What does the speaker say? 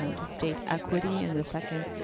um to state equity in the second